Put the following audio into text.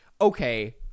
Okay